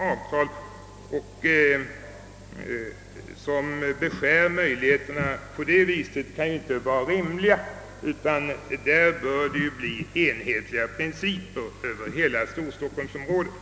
Avtal som beskär möjligheterna på detta sätt kan inte anses vara rimliga, utan här bör det bli enhetliga principer för hela storstockholmsområdet.